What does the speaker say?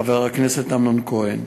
חבר הכנסת אמנון כהן.